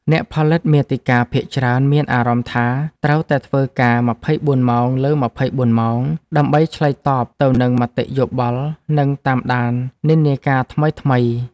អ្នកផលិតមាតិកាភាគច្រើនមានអារម្មណ៍ថាត្រូវតែធ្វើការ ២៤ ម៉ោងលើ ២៤ ម៉ោង ដើម្បីឆ្លើយតបទៅនឹងមតិយោបល់ និងតាមដាននិន្នាការថ្មីៗ។